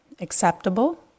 acceptable